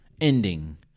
ending